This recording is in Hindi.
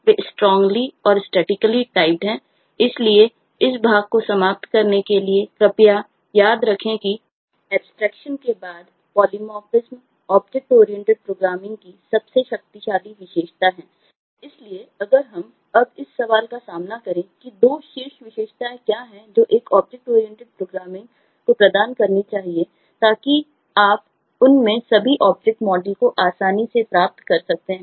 वे स्ट्रांगली को आसानी से प्राप्त कर सकते हैं